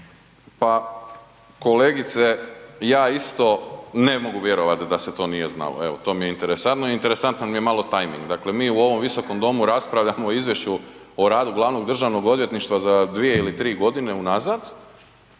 Pa kolegice, ja isto ne mogu vjerovati da se to nije znalo evo, to mi je interesantno. Interesantan mi je malo tajming, dakle mi u ovom Visokom domu raspravljamo o izvješću o radu glavnog državnog odvjetništva za 2 ili 3 godine unazad